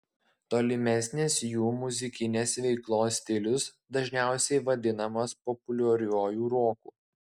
tolimesnės jų muzikinės veiklos stilius dažniausiai vadinamas populiariuoju roku